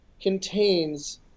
contains